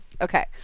Okay